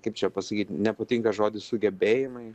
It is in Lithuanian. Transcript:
kaip čia pasakyt nepatinka žodis sugebėjimai